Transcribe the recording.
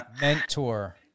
mentor